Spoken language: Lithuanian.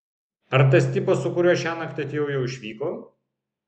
ar tas tipas su kuriuo šiąnakt atėjau jau išvyko